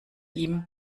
ihm